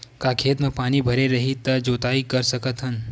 का खेत म पानी भरे रही त जोताई कर सकत हन?